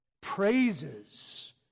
praises